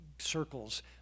circles